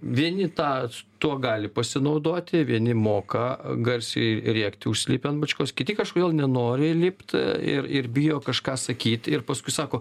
vieni tą tuo gali pasinaudoti vieni moka garsiai rėkti užsilipę ant bačkos kiti kažkodėl nenori lipt ir ir bijo kažką sakyt ir paskui sako